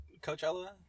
Coachella